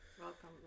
Welcome